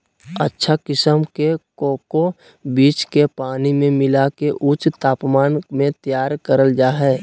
अच्छा किसम के कोको बीज के पानी मे मिला के ऊंच तापमान मे तैयार करल जा हय